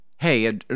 Hey